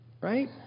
Right